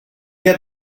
get